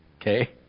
okay